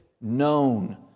known